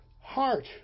heart